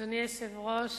אדוני היושב-ראש,